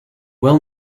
well